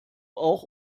auch